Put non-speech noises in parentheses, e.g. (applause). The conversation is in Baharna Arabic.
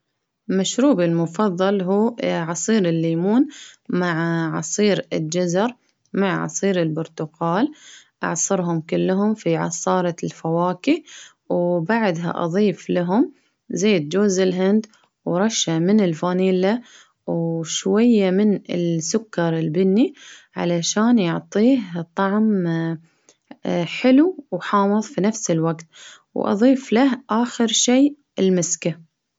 مشروبي المفضل هو اه عصير الليمون مع عصير الجزر مع عصير البرتقال ، أعصرهم كلهم في عصارة الفواكه و-وبعدها أظيف لهم زيت جوز الهند، ورشة من الفانيلا ،وشوية من ال-سكر البني، علشان يعطيه طعم (hesitation) حلو وحامض في نفس الوقت، وأضيف له آخر شي المسكة.